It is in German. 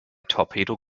torpedo